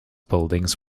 buildings